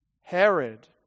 Herod